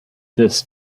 this